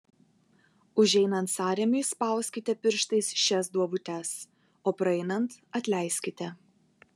užeinant sąrėmiui spauskite pirštais šias duobutes o praeinant atleiskite